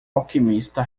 alquimista